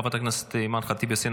חברת הכנסת אימאן ח'טיב יאסין,